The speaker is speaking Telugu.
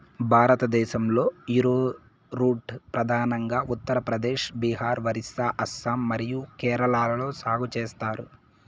భారతదేశంలో, యారోరూట్ ప్రధానంగా ఉత్తర ప్రదేశ్, బీహార్, ఒరిస్సా, అస్సాం మరియు కేరళలో సాగు చేస్తారు